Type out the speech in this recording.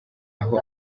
aho